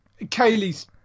Kaylee's